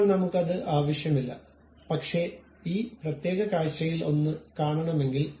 ഇപ്പോൾ നമുക്ക് അത് ആവശ്യമില്ല പക്ഷേ ഈ പ്രത്യേക കാഴ്ചയിൽ ഒന്ന് കാണാണമെങ്കിൽ